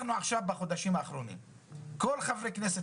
בחודשים האחרונים כל חברי הכנסת